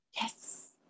Yes